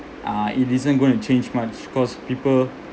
uh it isn't going to change much because people